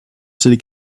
city